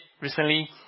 recently